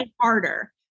harder